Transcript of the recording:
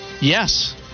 Yes